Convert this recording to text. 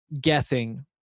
guessing